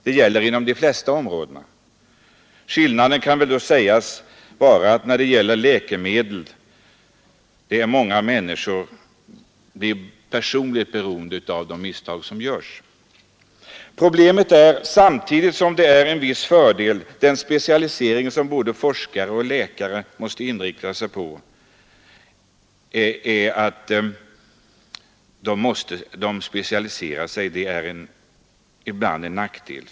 Det gäller inom de flesta områden. Skillnaden kan väl då sägas vara att när det gäller läkemedel kan många människor bli personligen beroende av de misstag som görs. Problemet är den specialisering som både forskare och läkare måste inrikta sig på. Samtidigt som denna specialisering är en viss fördel, är den ibland en nackdel.